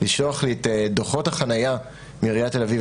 לשלוח לי את דוחות החנייה מעיריית תל אביב,